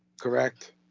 Correct